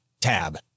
tab